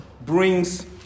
brings